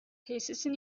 tesisin